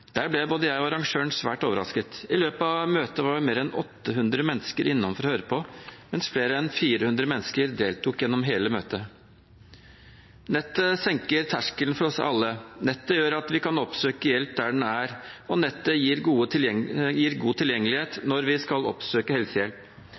der ble både jeg og arrangøren svært overrasket. I løpet av møtet var mer enn 800 mennesker innom for å høre på, og flere enn 400 mennesker deltok gjennom hele møtet. Nettet senker terskelen for oss alle. Nettet gjør at vi kan oppsøke hjelp der den er, og nettet gir